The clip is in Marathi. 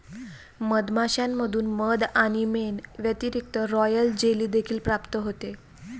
मधमाश्यांमधून मध आणि मेण व्यतिरिक्त, रॉयल जेली देखील प्राप्त होते